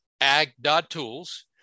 ag.tools